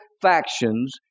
factions